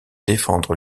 défendre